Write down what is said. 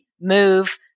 move